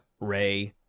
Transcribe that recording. Ray